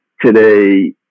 today